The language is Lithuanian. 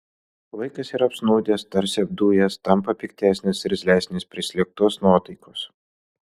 vaikas yra apsnūdęs tarsi apdujęs tampa piktesnis irzlesnis prislėgtos nuotaikos